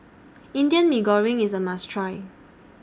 Indian Mee Goreng IS A must Try